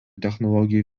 technologijų